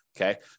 okay